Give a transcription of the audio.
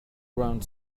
around